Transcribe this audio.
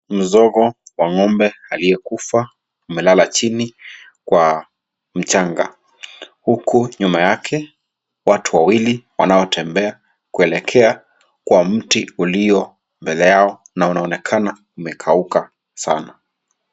Mzoga wa ng'ombe aliyekufa. Amelala chini kwa mchanga. Huku nyuma yake, watu wawili wanaotembea kuelekea kwa mti ulio mbele yao na unaonekana umekauka sana.